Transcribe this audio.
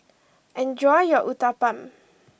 enjoy your Uthapam